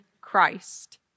Christ